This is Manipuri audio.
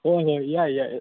ꯍꯣꯏ ꯍꯣꯏ ꯌꯥꯏ ꯌꯥꯏ